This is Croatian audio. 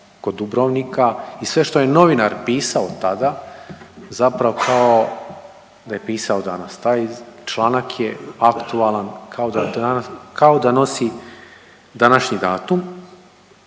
kod Dubrovnika i sve što je novinar pisao tada zapravo kao da je pisao danas. Taj članak je aktualan kao da nosi današnji datum